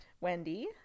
Wendy